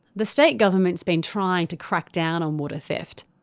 the state government has been trying to crack down on water theft.